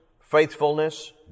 faithfulness